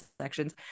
sections